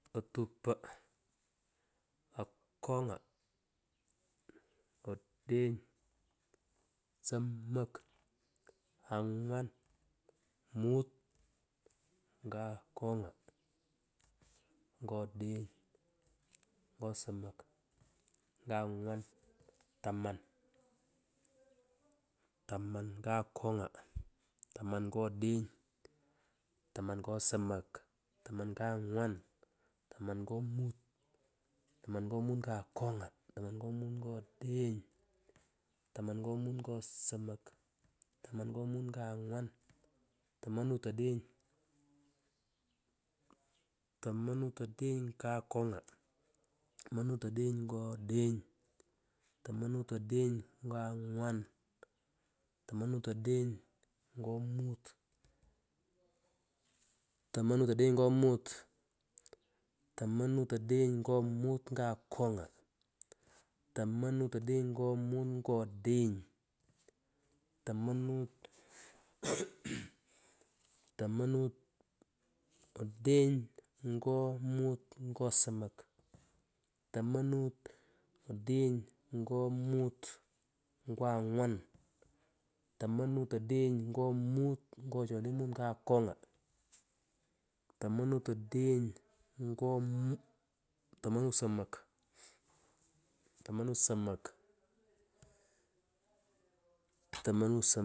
Ootupo aakanga aadeny samaki, angwan, mut nga akonga ngo oeleny ngo somok ngwa ngwan tamani taman nga akanga taman ngo odeny taman ngo somok taman nga ngwan taman nga mut taman ngo mut ngo oelenyi taaman ngo mut ngo somok taman ngo angwan tomonut odeny tomonut odeny ngo akanga tomonut odeny ngo odeny tomonut odeny nga angwan. Tomonut odeny ngo mut ngo odeny tomonut karagh aaha mmmh tomonut odeny ngo mut ngo somok tomonut odeny ngo mut ngo angwan tomonut odeny ngo mut ngo chole mut nga akanga tomonut odeny ngo muu tomonut somok mmmh tomonut somok tomonut soo mmh.